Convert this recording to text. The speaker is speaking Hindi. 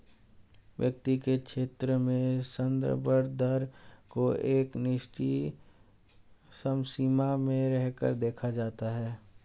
वित्त के क्षेत्र में संदर्भ दर को एक निश्चित समसीमा में रहकर देखा जाता है